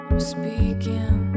Speaking